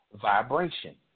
Vibration